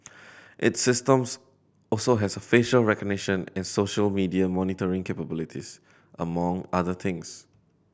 its systems also has a facial recognition and social media monitoring capabilities among other things